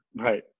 Right